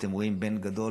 כשאתם רואים בן גדול,